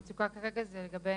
המצוקה כרגע היא לגבי